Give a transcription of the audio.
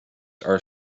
are